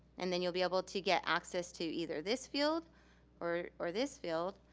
and then you'll be able to get access to either this field or or this field.